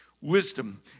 Wisdom